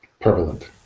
prevalent